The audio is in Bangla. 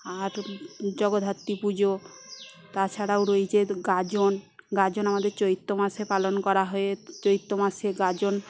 আর জগদ্ধাত্রী পুজো তাছাড়াও রয়েছে গাজন গাজন আমাদের চৈত্র মাসে পালন করা হয়ে চৈত্র মাসে গাজন